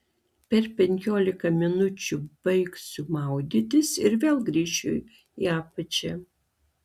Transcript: per penkiolika minučių baigsiu maudytis ir vėl grįšiu į apačią